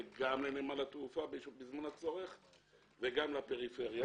בזמן הצורך גם לנמל התעופה וגם לפריפריה.